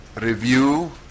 review